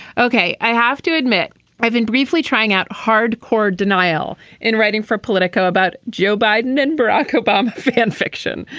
ok i have to admit i've been briefly trying out hard core denial in writing for politico about joe biden and barack obama fan fiction.